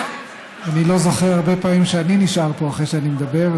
אני לא זוכר הרבה פעמים שאני נשאר פה אחרי שאני מדבר,